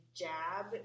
jab